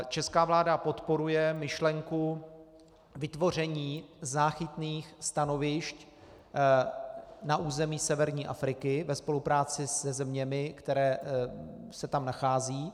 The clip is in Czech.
Česká vláda podporuje myšlenku vytvoření záchytných stanovišť na území severní Afriky ve spolupráci se zeměmi, které se tam nacházejí.